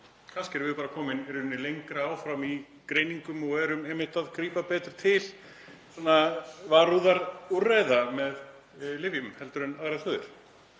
Kannski erum við bara komin lengra áfram í greiningum og erum einmitt að grípa betur til varúðarúrræða með lyfjum heldur en aðrar þjóðir,